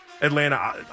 Atlanta